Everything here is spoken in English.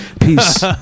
Peace